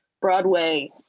Broadway